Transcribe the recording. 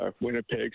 Winnipeg